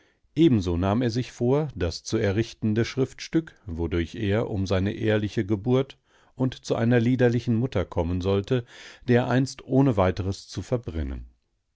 ebenso nahm er sich vor das zu errichtende schriftstück wodurch er um seine eheliche geburt und zu einer liederlichen mutter kommen sollte dereinst ohne weiteres zu verbrennen